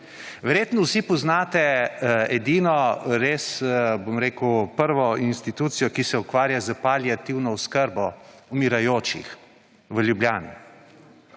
Verjetno vsi poznate edino, res prvo institucijo, ki se ukvarja s paliativno oskrbo umirajočih v Ljubljani.